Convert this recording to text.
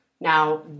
Now